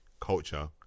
culture